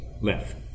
left